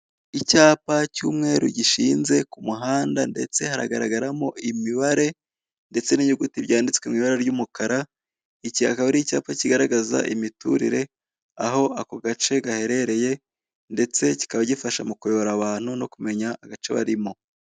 Icyapa cy'umweru gishinze ku muhanda ndetse haragaragaramo imibare ndetse n'inyuguti byanditswe mu ibara ry'umukara, iki akaba ari icyapa kigaragaza imiturre aho ako gace gaherereye, ndetse kikaba gifasha mu kuyobora abantu no kumenya agace barimo.